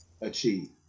achieve